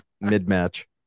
Mid-match